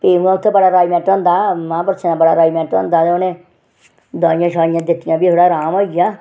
फ्ही उ'आं उत्थै बड़ा रेजमेंट होंदा महापुरूषें दा बड़ा रेजमेंट होंदा ते उनें दोआइयां शोआइयां दित्तियां फ्ही थोह्ड़ी अराम होई गेआ